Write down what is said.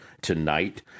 tonight